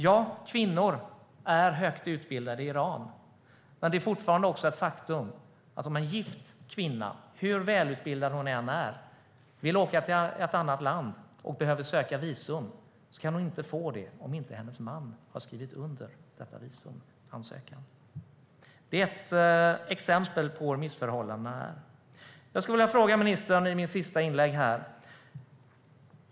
Ja, kvinnor är högt utbildade i Iran. Men det är fortfarande ett faktum att om en gift kvinna, hur välutbildad hon än är, vill åka till ett annat land och behöver söka visum kan hon inte få det om inte hennes man har skrivit under denna visumansökan. Det är ett exempel på hur missförhållandena är. Jag vill ställa en fråga till ministern i mitt sista inlägg.